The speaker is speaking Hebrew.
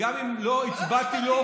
וגם אם לא הצבעתי לו,